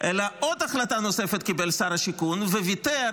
אלא עוד החלטה נוספת קיבל שר השיכון וויתר